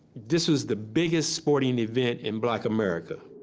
this was the biggest sporting event in black america.